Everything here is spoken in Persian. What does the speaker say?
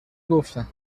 گفتن